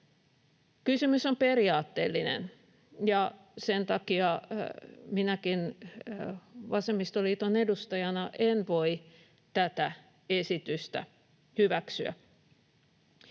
Kysymys on periaatteellinen, ja sen takia minäkään vasemmistoliiton edustajana en voi tätä esitystä hyväksyä.